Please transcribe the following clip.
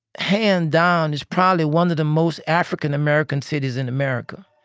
hands down, is probably one of the most african american cities in america.